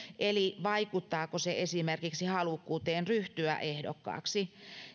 eli vaikuttaako se esimerkiksi halukkuuteen ryhtyä ehdokkaaksi